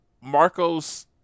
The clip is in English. Marco's